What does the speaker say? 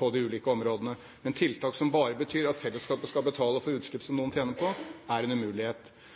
på de ulike områdene. Men tiltak som bare betyr at fellesskapet skal betale for utslipp som